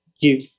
give